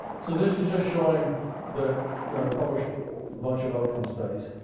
so this is just showing that, you know, i've published a bunch of outcome studies.